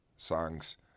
Songs